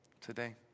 today